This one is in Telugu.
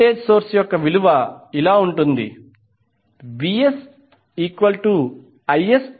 వోల్టేజ్ సోర్స్ యొక్క విలువ ఇలా ఉంటుంది VsIsZs j42